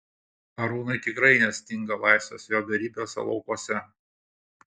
arūnui tikrai nestinga laisvės jo beribiuose laukuose